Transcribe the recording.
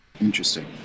Interesting